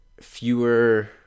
fewer